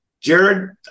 Jared